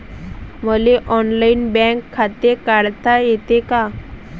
मले online bank खाते काढता येते का?